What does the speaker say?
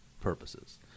purposes